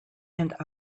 and